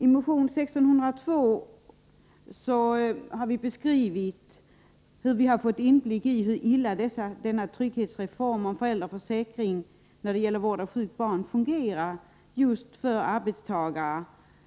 I motion 1602 har vi beskrivit att vi har fått inblick i hur illa denna trygghetsreform om föräldraförsäkring när det gäller vård av sjukt barn fungerar just för arbetstagare